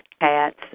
cats